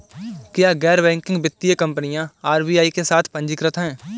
क्या गैर बैंकिंग वित्तीय कंपनियां आर.बी.आई के साथ पंजीकृत हैं?